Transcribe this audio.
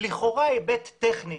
זה לכאורה היבט טכני.